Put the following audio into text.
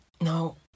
no